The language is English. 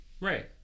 Right